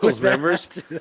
members